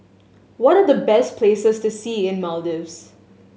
what are the best places to see in Maldives